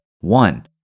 One